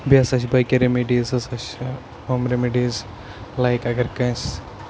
بیٚیہِ ہَسا چھِ باقٕے رٮ۪مِڈیٖز ہَسا چھِ ہوم رِمِڈیٖز لایِک اگر کٲنٛسہِ